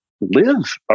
live